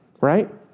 Right